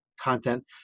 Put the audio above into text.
content